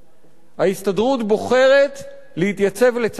ההסתדרות בוחרת להתייצב לצד ההנהלה